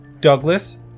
douglas